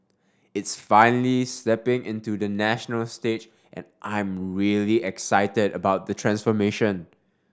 it's finally stepping into the national stage and I'm really excited about the transformation